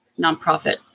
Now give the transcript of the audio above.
nonprofit